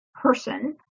person